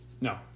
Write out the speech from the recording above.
No